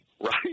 right